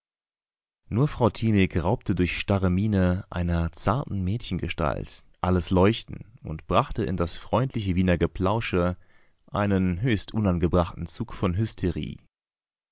nur frau thimig raubte durch starre manie einer zarten mädchengestalt alles leuchten und brachte in das freundliche wiener geplausche einen höchst unangebrachten zug von hysterie